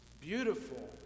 beautiful